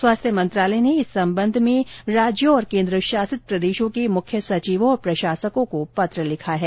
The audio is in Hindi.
स्वास्थ्य मंत्रालय ने इस संबंध में राज्यों और केन्द्रशासित प्रदेशों के मुख्य सचिवों और प्रशासकों को पत्र लिखा है